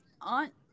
aunt